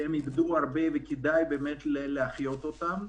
עסקים שאיבדו הרבה וכדאי באמת להחיות אותם.